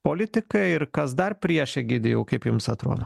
politikai ir kas dar prieš egidijau kaip jums atrodo